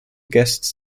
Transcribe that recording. guests